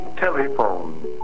telephone